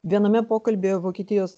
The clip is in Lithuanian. viename pokalbyje vokietijos